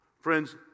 Friends